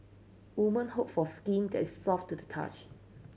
women hope for skin that is soft to the touch